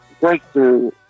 breakthrough